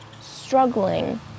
struggling